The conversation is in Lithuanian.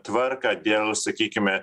tvarką dėl sakykime